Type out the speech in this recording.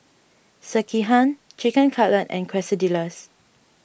Sekihan Chicken Cutlet and Quesadillas